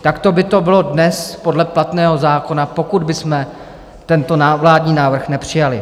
Takto by to bylo dnes podle platného zákona, pokud bychom tento vládní návrh nepřijali.